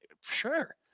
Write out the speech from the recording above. sure